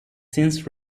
since